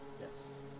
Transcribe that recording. yes